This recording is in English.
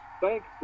thanks